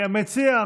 המציע,